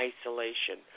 isolation